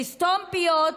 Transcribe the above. לסתום פיות,